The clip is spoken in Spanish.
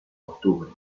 octubre